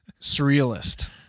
surrealist